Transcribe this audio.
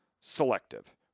selective